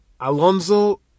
Alonso